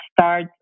start